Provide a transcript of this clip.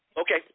Okay